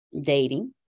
dating